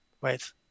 wait